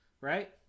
Right